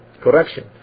correction